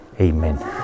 Amen